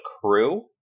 crew